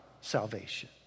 salvation